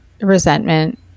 resentment